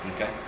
Okay